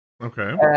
Okay